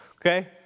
Okay